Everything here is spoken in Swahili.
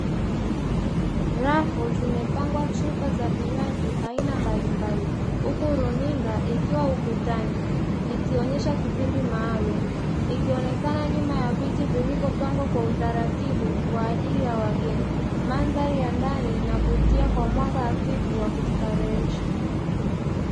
Rafu zimepangwa chupa